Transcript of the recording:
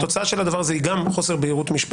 אני מייצג את ראש הלשכה שהוא אורגן של הלשכה,